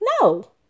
No